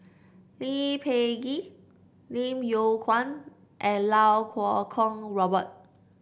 Lee Peh Gee Lim Yew Kuan and Iau Kuo Kwong Robert